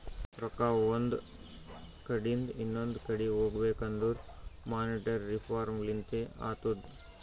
ರೊಕ್ಕಾ ಒಂದ್ ಕಡಿಂದ್ ಇನೊಂದು ಕಡಿ ಹೋಗ್ಬೇಕಂದುರ್ ಮೋನಿಟರಿ ರಿಫಾರ್ಮ್ ಲಿಂತೆ ಅತ್ತುದ್